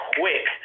quick